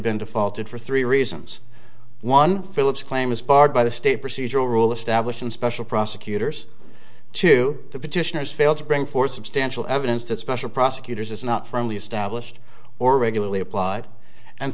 been defaulted for three reasons one phillips claim is barred by the state procedural rule establishing special prosecutors to the petitioners fail to bring forth substantial evidence that special prosecutors is not firmly established or regularly applied and